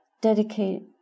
dedicate